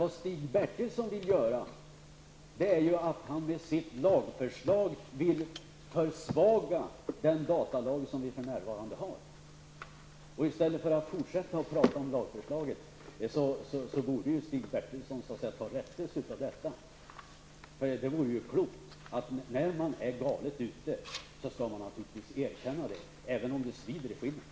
Det Stig Bertilsson vill göra är att med sitt lagförslag försvaga den datalag som vi för närvarande har. I stället för att fortsätta att prata om lagförslaget borde Stig Bertilsson ta rättelse. När det har gått galet, skall man naturligtvis erkänna det, även om det svider i skinnet.